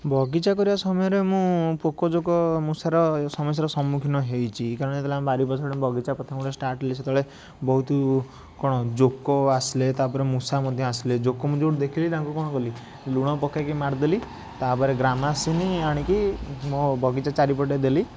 ବଗିଚା କରିବା ସମୟରେ ମୁଁ ପୋକଜୋକ ମଶାର ସମସ୍ୟାର ସମ୍ମୁଖୀନ ହେଇଛି କାରଣ ଯେତେବେଳେ ଆମ ବାରି ପଛପଟେ ବଗିଚା ପ୍ରଥମେ ଯେତବେଳେ ଷ୍ଟାର୍ଟ କଲି ସେତବେଳେ ବହୁତ କ'ଣ ଜୋକ ଆସିଲେ ତା'ପରେ ମୂଷା ମଧ୍ୟ ଆସିଲେ ଜୋକ ମୁଁ ଯେଉଁଠି ଦେଖିଲି ତାଙ୍କୁ ମୁଁ କ'ଣ କଲି ଲୁଣ ପକେଇକି ମାରିଦେଲି ତାପରେ ଗ୍ରାମାସିନି ଆଣିକି ବଗିଚା ମୋ ଚାରିପଟେ ଦେଲି